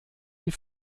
die